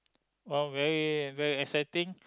oh very very exciting